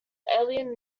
alien